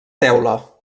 teula